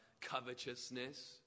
covetousness